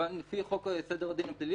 לפי חוק סדר הדין הפלילי,